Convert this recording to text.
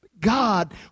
God